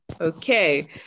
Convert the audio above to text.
okay